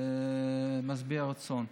משביע רצון.